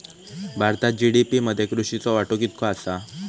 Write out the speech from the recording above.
भारतात जी.डी.पी मध्ये कृषीचो वाटो कितको आसा?